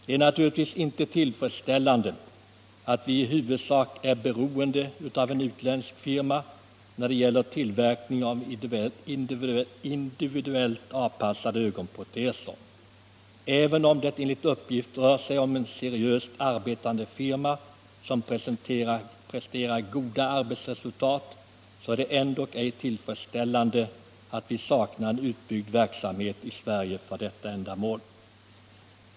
Det är naturligtvis inte tillfredsställande att vi i huvudsak är beroende av en utländsk firma för tillverkningen av individuellt avpassade ögonproteser. Även om det enligt uppgift rör sig om en seriöst arbetande firma som presterar goda arbetsresultat är det ej tillfredsställande att vi saknar en utbyggd verksamhet i Sverige för detta ändamål.